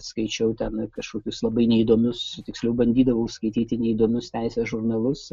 skaičiau ten kažkokius labai neįdomius tiksliau bandydavau skaityti neįdomius teisės žurnalus